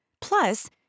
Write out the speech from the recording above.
Plus